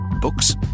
Books